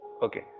Okay